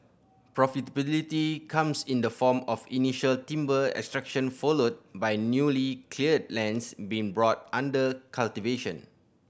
profitability comes in the form of initial timber extraction followed by newly cleared lands being brought under cultivation